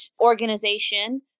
organization